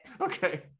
Okay